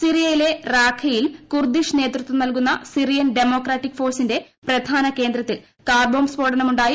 സിറിയയിലെ റാഖയിൽ കുർദിഷ് നേതൃത്വം നൽകുന്ന സിറിയൻ ഡെമോക്രാറ്റിക് ഫോഴ്സഡിന്റെ പ്രധാന കേന്ദ്രത്തിൽ കാർബോംബ് സ്ഫോടനമുണ്ടായി